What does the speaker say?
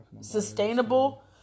Sustainable